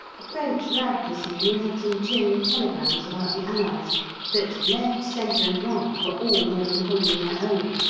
a french rag this morning had some cheering telegrams about the allies that left, centre, and right were all more than holding their own,